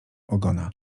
ogona